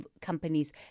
companies